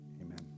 amen